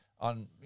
on